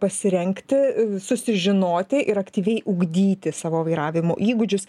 pasirengti susižinoti ir aktyviai ugdyti savo vairavimo įgūdžius